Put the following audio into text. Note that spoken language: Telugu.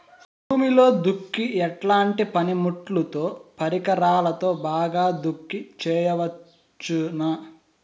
భూమిలో దుక్కి ఎట్లాంటి పనిముట్లుతో, పరికరాలతో బాగా దుక్కి చేయవచ్చున?